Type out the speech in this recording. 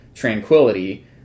tranquility